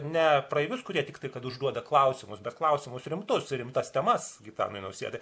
ne praeivius kurie tiktai kad užduoda klausimus bet klausimus rimtus rimtas temas gitanui nausėdai